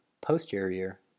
posterior